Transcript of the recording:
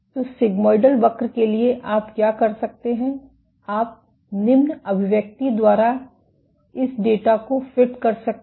तो सिग्मोडल वक्र के लिए आप क्या कर सकते हैं आप निम्न अभिव्यक्ति द्वारा इस डेटा को फिट कर सकते हैं